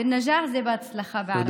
בנג'אח זה בהצלחה בערבית.